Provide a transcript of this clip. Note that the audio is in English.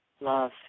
love